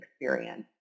experience